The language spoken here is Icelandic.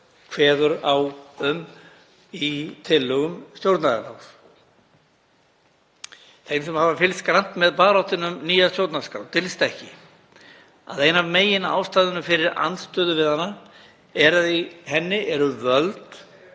kveðið er á um í tillögum stjórnlagaráðs. Þeim sem hafa fylgst grannt með baráttunni um nýja stjórnarskrá dylst ekki að ein af meginástæðunum fyrir andstöðu við hana er að í henni eru völd